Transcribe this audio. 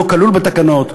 הוא לא כלול בתקנות,